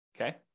Okay